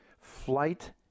Flight